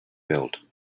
built